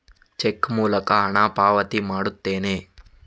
check ಮೂಲಕ ಹಣ ಪಾವತಿ ಮಾಡುತ್ತೇನೆ